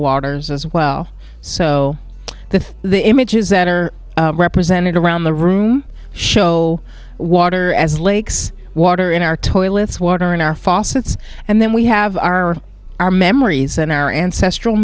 waters as well so that the images that are represented around the room show water as lakes water in our toilets water in our fossil it's and then we have our our memories and our ancestral